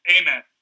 Amen